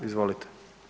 Izvolite.